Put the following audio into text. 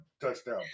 touchdown